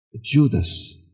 Judas